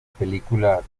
película